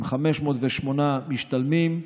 עם 508 משתלמים,